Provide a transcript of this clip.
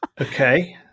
Okay